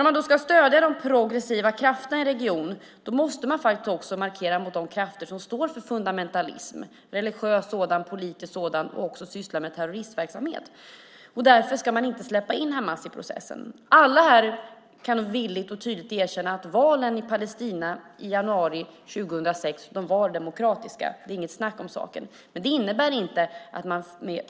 Om de progressiva krafterna i regionen ska stödjas måste man faktiskt också markera mot de krafter som står för fundamentalism, religiös och politisk sådan, och de som också sysslar med terroristverksamhet. Därför ska man inte släppa in Hamas i processen. Alla här kan nog villigt och tydligt erkänna att valen i Palestina i januari 2006 var demokratiska. Det innebär inte att man med